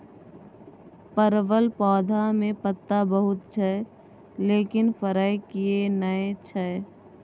परवल पौधा में पत्ता बहुत छै लेकिन फरय किये नय छै?